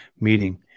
meeting